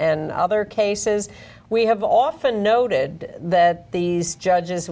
and other cases we have often noted that these judges